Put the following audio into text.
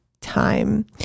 time